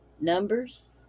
Numbers